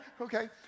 okay